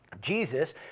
Jesus